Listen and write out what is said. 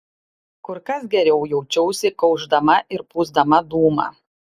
kur kas geriau jaučiausi kaušdama ir pūsdama dūmą